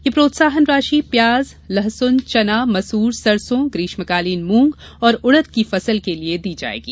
यह प्रोत्साहन राशि योजनातंर्गत प्याज लहसून चना मसूर सरसों ग्रीष्मकालीन मूंग और उड़द की फसल के लिये दी जायेगी